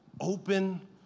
open